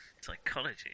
Psychology